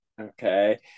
Okay